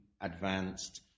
advanced